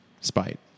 spite